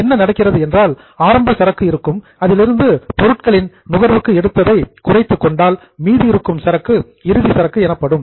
என்ன நடக்கிறது என்றால் ஆரம்ப சரக்கு இருக்கும் அதிலிருந்து பொருட்களின் நுகர்வுக்கு எடுத்ததை குறைத்து கொண்டால் மீதி இருக்கும் சரக்கு இறுதி சரக்கு எனப்படும்